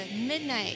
midnight